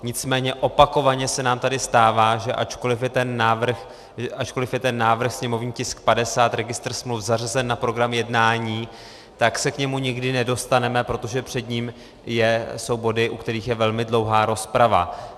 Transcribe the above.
Nicméně opakovaně se nám tady stává, že ačkoliv je ten návrh, sněmovní tisk 50, registr smluv, zařazen na program jednání, tak se k němu nikdy nedostaneme, protože před ním jsou body, u kterých je velmi dlouhá rozprava.